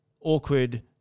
awkward